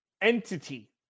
entity